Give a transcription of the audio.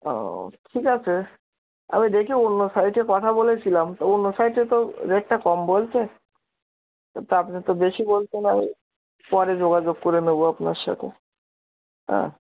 ও ঠিক আছে আমি দেখি অন্য সাইটে কথা বলেছিলাম তো অন্য সাইটে তো রেটটা কম বলছে তো আপনি তো বেশি বলছেন তাই পরে যোগাযোগ করে নেবো আপনার সাথে হ্যাঁ